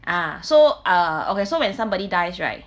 ah so uh okay so when somebody dies right